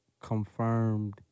confirmed